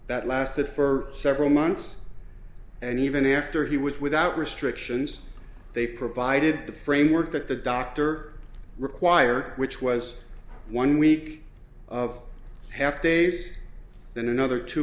that lasted for several months and even after he was without restrictions they provided the framework that the doctor required which was one week of half days then another two